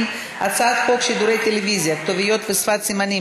הצעת חוק שידורי טלוויזיה (כתוביות ושפת סימנים)